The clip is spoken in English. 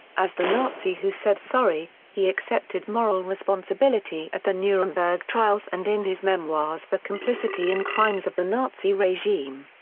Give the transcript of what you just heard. as the nazi who said sorry, he accepted moral responsibility at the nuremberg trials and in his memoirs for complicity in crimes of the nazi regime.